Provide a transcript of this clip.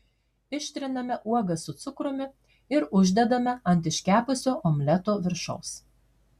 ištriname uogas su cukrumi ir uždedame ant iškepusio omleto viršaus